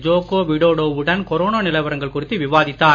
Joko Widodo வுடன் corona நிலவரங்கள் குறித்து விவாதித்தார்